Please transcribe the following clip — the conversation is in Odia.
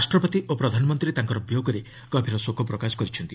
ରାଷ୍ଟ୍ରପତି ଓ ପ୍ରଧାନମନ୍ତ୍ରୀ ତାଙ୍କର ବିୟୋଗରେ ଗଭୀର ଶୋକ ପ୍ରକାଶ କରିଛନ୍ତି